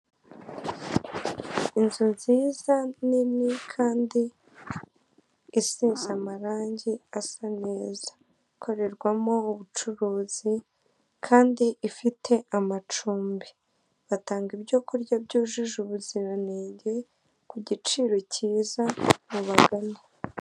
Inzu nziza nini kandi isize amarange asa neza ikorerwamo ubucuruzi kandi ifite amacumbi, batanga ibyo kurya byujuje ubuziranenge ku giciro cyiza mubagane.